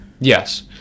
Yes